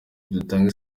dutange